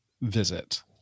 visit